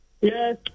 Yes